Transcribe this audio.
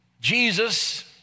Jesus